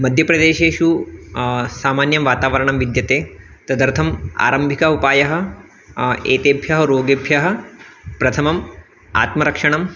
मध्यप्रदेशेषु सामान्यं वातावरणं विद्यते तदर्थम् आरम्भिकः उपायः एतेभ्यः रोगेभ्यः प्रथमम् आत्मरक्षणं